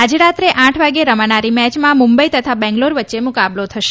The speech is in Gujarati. આજે રાત્રે આઠ વાગે રમાનારી મેચમાં મુંબઈ તથા બેંગલોર વચ્ચે મુકાબલો થશે